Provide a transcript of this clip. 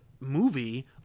movie